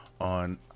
on